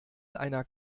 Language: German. einer